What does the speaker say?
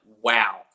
wow